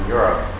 Europe